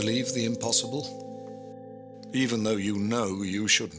believe the impossible even though you know you should